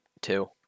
Two